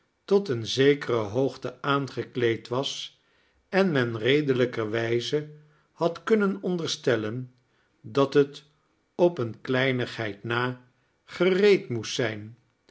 tot eeine zekere hoogte aangekleed was en men redelijkerwijze had kunnen onderstellen dat het op eene kleinigheid na gereed moest zijn